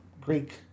Greek-